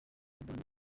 umubano